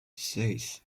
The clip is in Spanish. seis